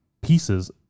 pieces